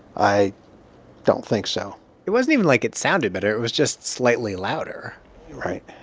i don't think so it wasn't even like it sounded better. it was just slightly louder right,